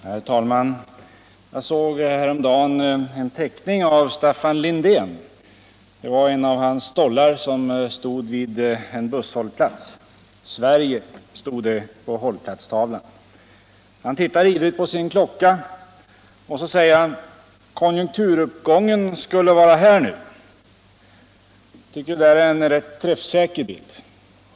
Herr talman! Jag såg häromdagen en teckning av Staffan Lindén. Det var en av hans ”stollar”, som stod vid en busshållplats. ”Sverige” stod det på hållplatstavlan. Han tittar ivrigt på sin klocka och säger: ”Kon Junkturuppgången skulle vara här nu!” Der är en träffsäker bild.